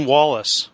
Wallace